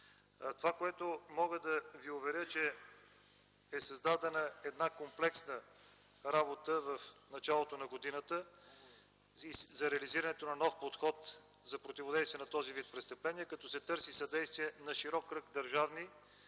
съпричастност. Мога да Ви уверя, че има комплексна работа от началото на годината за реализирането на нов подход за противодействие на този вид престъпления, като се търси съдействието на широк кръг държавни,